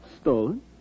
Stolen